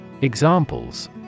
Examples